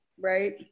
Right